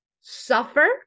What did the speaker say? suffer